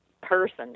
person